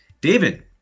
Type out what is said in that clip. David